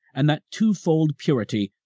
and that twofold purity,